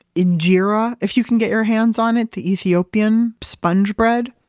injera, if you can get your hands on it, the ethiopian sponge bread.